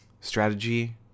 strategy